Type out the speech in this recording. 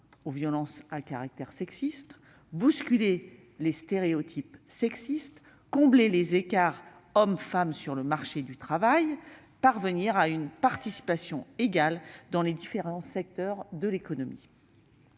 aux violences à caractère sexiste, de bousculer les stéréotypes sexistes, de combler les écarts entre les hommes et les femmes sur le marché du travail et de parvenir à une participation égale dans les différents secteurs de l'économie.